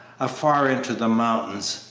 afar into the mountains.